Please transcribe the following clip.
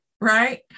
Right